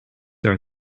are